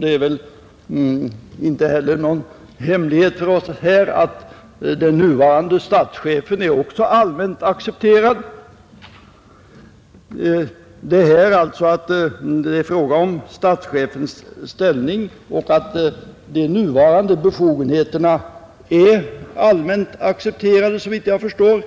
Det är väl inte heller någon hemlighet för oss här att den nuvarande statschefen också är allmänt accepterad. Att den svenske statschefens nuvarande befogenheter är allmänt godtagna bör, såvitt jag förstår,